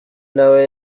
ntawe